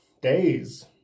days